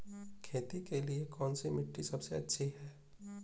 खेती के लिए कौन सी मिट्टी सबसे अच्छी है?